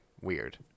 weird